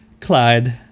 Clyde